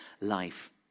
life